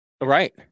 Right